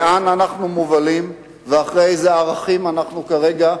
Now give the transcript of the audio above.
לאן אנחנו מובלים ואחרי איזה ערכים אנחנו כרגע הולכים,